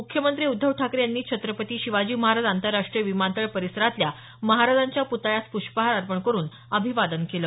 मुख्यमंत्री उद्धव ठाकरे यांनी छत्रपती शिवाजी महाराज आंतरराष्ट्रीय विमानतळ परिसरातल्या महाराजांच्या प्तळ्यास प्रष्पहार अर्पण करुन अभिवादन केलं